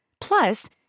Plus